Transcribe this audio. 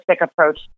approach